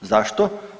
Zašto?